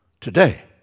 today